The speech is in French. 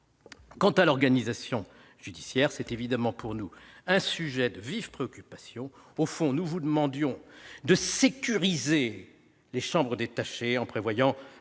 Quant à l'organisation judiciaire, c'est évidemment pour nous un sujet de vive préoccupation. Au fond, nous vous demandions de sécuriser les chambres détachées en prévoyant